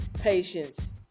patience